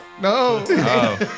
No